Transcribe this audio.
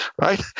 right